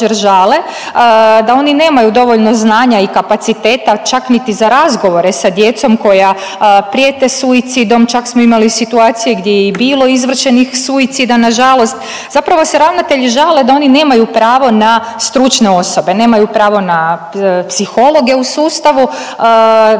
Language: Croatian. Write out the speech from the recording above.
da oni nemaju dovoljno znanja i kapaciteta, čak niti za razgovore sa djecom koja prijete suicidom, čak smo imali situacije gdje je i bilo izvršenih suicida nažalost, zapravo se ravnatelji žale da oni nemaju pravo na stručne osobe, nemaju pravo na psihologe u sustavu,